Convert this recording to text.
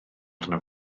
arno